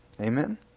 Amen